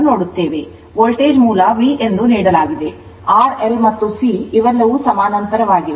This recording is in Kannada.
ವೋಲ್ಟೇಜ್ ಮೂಲ V ಎಂದು ನೀಡಲಾಗಿದೆ R L ಮತ್ತು C ಇವೆಲ್ಲವೂ ಸಮಾನಾಂತರವಾಗಿವೆ